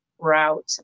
route